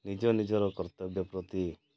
ନିଜ ନିଜର କର୍ତ୍ତବ୍ୟ ପ୍ରତି